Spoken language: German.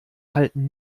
halten